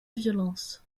violence